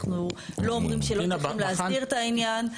אנחנו לא אומרים שלא צריך להסדיר את העניין.